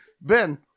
Ben